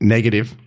Negative